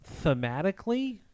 thematically